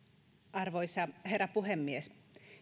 arvoisa herra puhemies